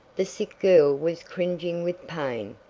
the sick girl was cringing with pain.